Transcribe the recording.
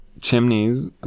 chimneys